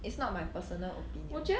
it's not my personal opinion